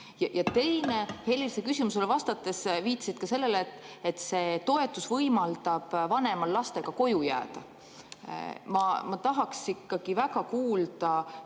Helir, sa küsimusele vastates viitasid ka sellele, et see toetus võimaldab vanemal lastega koju jääda. Ma tahaks ikkagi väga kuulda